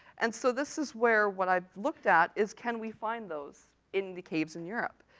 and so this is where, what i've looked at is, can we find those in the caves in europe.